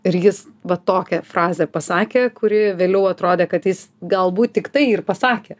ir jis va tokią frazę pasakė kuri vėliau atrodė kad jis galbūt tik tai ir pasakė